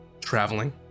traveling